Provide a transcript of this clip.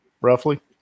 roughly